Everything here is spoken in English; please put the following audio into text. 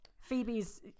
phoebe's